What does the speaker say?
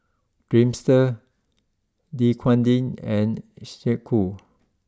Dreamster Dequadin and Snek Ku